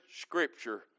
scripture